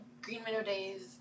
Greenmeadowdays